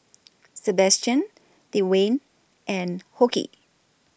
Sabastian Dewayne and Hoke